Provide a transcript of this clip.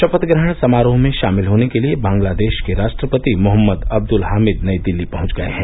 शपथग्रहण समारोह में शामिल होने के लिए बंगलादेश के राष्ट्रपति मोहम्मद अब्दुल हामिद नई दिल्ली पहुंच गए हैं